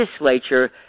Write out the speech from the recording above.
legislature